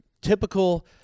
Typical